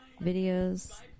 videos